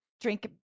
Drink